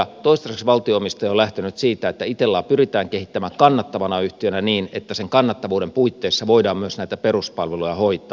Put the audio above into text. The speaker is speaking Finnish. toistaiseksi valtio omistaja on lähtenyt siitä että itellaa pyritään kehittämään kannattavana yhtiönä niin että sen kannattavuuden puitteissa voidaan myös näitä peruspalveluja hoitaa